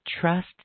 trust